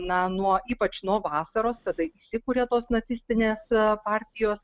na nuo ypač nuo vasaros kada įsikuria tos nacistinės partijos